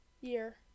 year